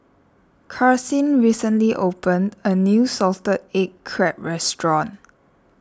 Karsyn recently opened a new Salted Egg Crab restaurant